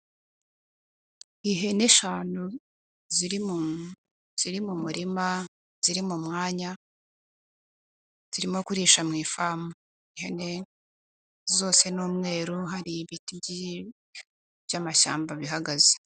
Ihene eshanu ziri mu murima, ziri mu mwanya, zirimo kuririsha mu ifamu. Ihene zose ni umweru, hari ibiti by'amashyamba bihagaze.